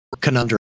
conundrum